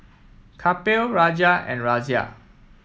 Kapil Raja and Razia